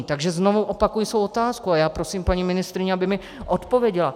Takže znovu opakuji svou otázku a prosím paní ministryni, aby mi odpověděla.